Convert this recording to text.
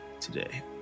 today